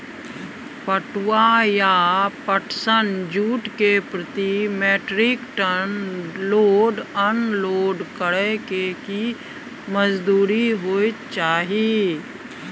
पटुआ या पटसन, जूट के प्रति metric ton load unload करै के की मजदूरी होय चाही?